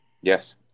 Yes